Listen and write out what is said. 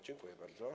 Dziękuję bardzo.